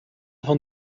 van